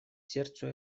сердцу